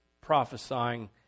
prophesying